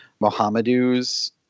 Mohamedou's